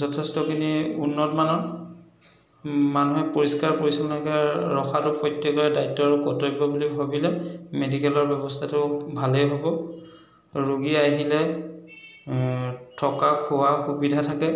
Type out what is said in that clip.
যথেষ্টখিনি উন্নতমানৰ মানুহে পৰিষ্কাৰ পৰিচ্ছন্নকৈ ৰখাটো প্ৰত্যেকৰে দায়িত্ব আৰু কৰ্তব্য বুলি ভাবিলে মেডিকেলৰ ব্যৱস্থাটো ভালেই হ'ব ৰোগী আহিলে থকা খোৱা সুবিধা থাকে